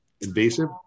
invasive